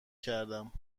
کردم